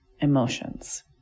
emotions